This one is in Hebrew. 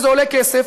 וזה עולה כסף.